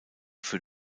für